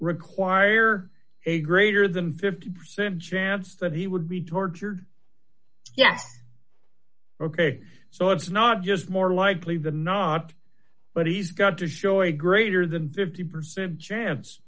require a greater than fifty percent chance that he would be tortured yes ok so it's not just more likely than not but he's got to show a greater than fifty percent chance